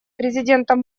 президентом